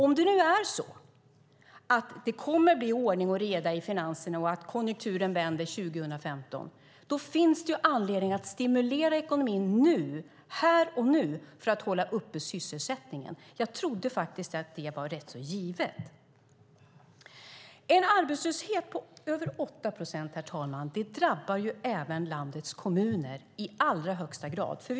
Om det nu kommer att bli ordning och reda i finanserna och konjunkturen vänder 2015 finns det ju anledning att stimulera ekonomin här och nu för att hålla uppe sysselsättningen. Jag trodde faktiskt att det var rätt så givet. En arbetslöshet på över 8 procent drabbar även i allra högsta grad landets kommuner.